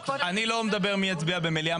אני לא מדבר מי יצביע במליאה.